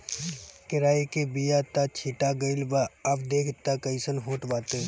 केराई के बिया त छीटा गइल बा अब देखि तअ कइसन होत बाटे